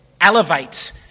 elevates